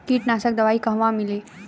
कीटनाशक दवाई कहवा मिली?